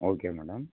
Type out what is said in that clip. okay madam